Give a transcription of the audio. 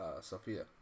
Sophia